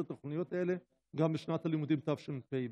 התוכניות האלה גם בשנת הלימודים תשפ"ב?